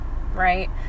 right